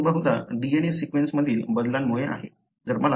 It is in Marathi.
तर ते बहुधा DNA सीक्वेन्स मधील बदलामुळे आहे